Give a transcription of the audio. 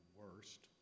worst